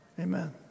Amen